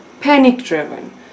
panic-driven